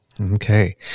Okay